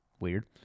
weird